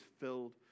filled